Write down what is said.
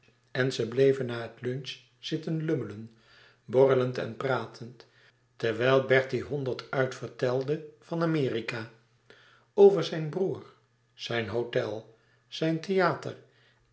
en ze bleven na het lunch zitten lummelen borrelend en pratend terwijl bertie honderd uit vertelde van amerika over zijn broer zijn hôtel zijn theâter